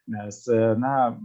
nes na